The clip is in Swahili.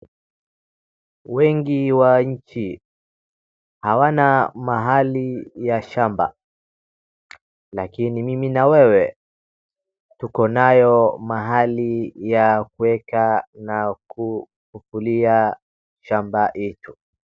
Wengi wa nchi hawana mahali ya shamba lakini mimi na wewe tuko nayo mahali ya kuweka na kukulia shamba hicho.